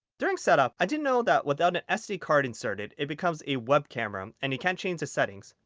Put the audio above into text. during setup i didn't know that without an sd-card inserted, it becomes a web camera and you can't change the settings.